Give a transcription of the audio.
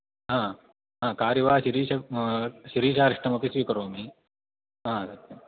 हा कार्यवाहशिरीश शिरीशारिष्टमपि स्वीकरोमि हा सत्यम्